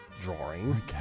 drawing